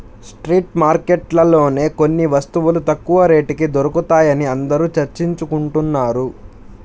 street మార్కెట్లలోనే కొన్ని వస్తువులు తక్కువ రేటుకి దొరుకుతాయని అందరూ చర్చించుకుంటున్నారు